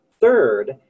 Third